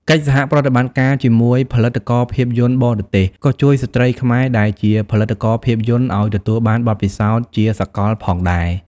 កិច្ចសហប្រតិបត្តិការជាមួយផលិតករភាពយន្តបរទេស ក៏ជួយស្ត្រីខ្មែរដែលជាផលិតករភាពយន្តឱ្យទទួលបានបទពិសោធន៍ជាសកលផងដែរ។